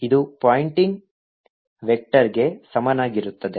ಇದು ಪಾಯಿಂಟಿಂಗ್ ವೆಕ್ಟರ್ಗೆ ಸಮನಾಗಿರುತ್ತದೆ